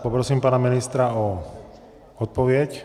Poprosím pana ministra o odpověď.